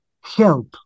help